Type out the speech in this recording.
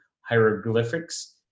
hieroglyphics